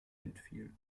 entfiel